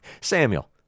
Samuel